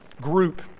group